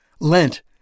Lent